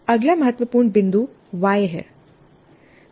अगला महत्वपूर्ण बिंदु व्हाय है